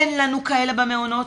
אין לנו כאלה במעונות,